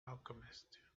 alchemist